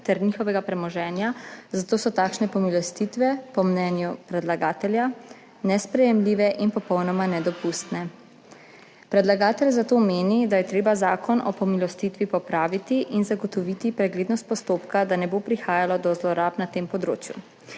ter njihovega premoženja, zato so takšne pomilostitve po mnenju predlagatelja nesprejemljive in popolnoma nedopustne. Predlagatelj zato meni, da je treba Zakon o pomilostitvi popraviti in zagotoviti preglednost postopka, da ne bo prihajalo do zlorab na tem področju.